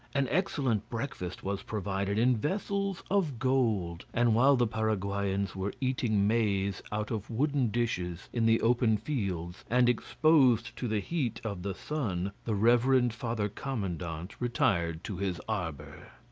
an excellent breakfast was provided in vessels of gold and while the paraguayans were eating maize out of wooden dishes, in the open fields and exposed to the heat of the sun, the reverend father commandant retired to his arbour.